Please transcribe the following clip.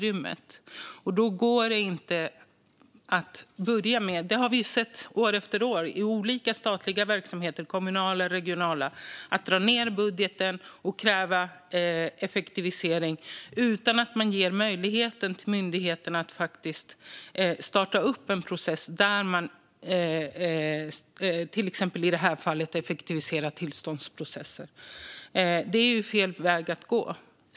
Det går inte att, som vi har sett göras år efter år, dra ned på budgeten för olika statliga, kommunala och regionala verksamheter och kräva effektivisering utan att ge myndigheterna möjlighet att starta en process för effektiviseringen - i det här fallet av tillståndsprocesser. Det är ju fel väg att gå.